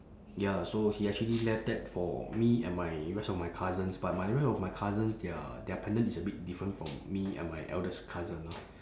ya so he actually left that for me and my rest of my cousins but my rest of my cousins their their pendant is a bit different from me and my eldest cousin lor